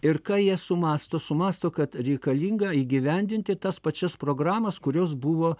ir ką jie sumąsto sumąsto kad reikalinga įgyvendinti tas pačias programas kurios buvo